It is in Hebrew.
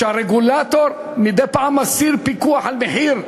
שהרגולטור מדי פעם מסיר פיקוח על מחיר,